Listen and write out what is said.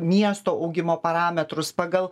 miesto augimo parametrus pagal